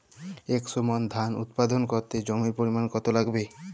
একশো মন ধান উৎপাদন করতে জমির পরিমাণ কত লাগবে?